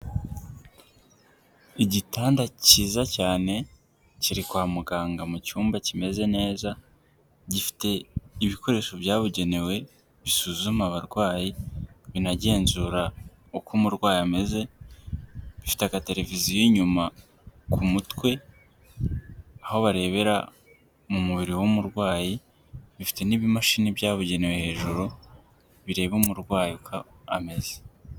Igitanda cyiza cyane kiri kwa muganga mu cyumba kimeze neza, gifite ibikoresho byabugenewe bisuzuma abarwayi binagenzura uko umurwayi ameze, bifite agateleviziyo inyuma ku mutwe, aho barebera mu mubiri w'umurwayi, bifite n'ibimashini byabugenewe hejuru, bireba umurwayi uko ameze.